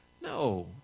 No